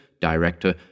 director